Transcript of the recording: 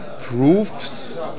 proofs